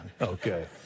Okay